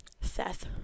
Seth